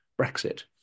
Brexit